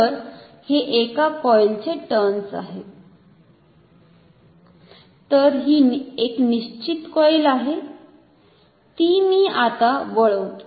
तर हे एका कॉईल चे टर्न्स आहेत तर ही एक निश्चित कॉईल आहे ती मी आता वळवतो